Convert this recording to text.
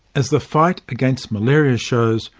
as the fight against malaria shows,